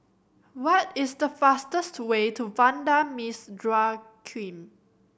what is the fastest way to Vanda Miss Joaquim